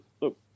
look